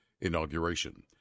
inauguration